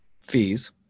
fees